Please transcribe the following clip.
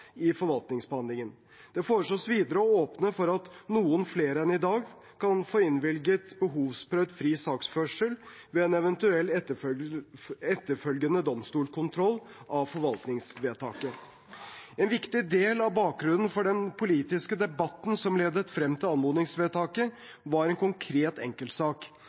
i forvaltningsbehandlingen. Det foreslås videre å åpne for at noen flere enn i dag kan få innvilget behovsprøvd fri sakførsel ved en eventuell etterfølgende domstolskontroll av forvaltningsvedtaket. En viktig del av bakgrunnen for den politiske debatten som ledet frem til anmodningsvedtakene, var en konkret enkeltsak.